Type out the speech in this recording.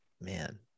man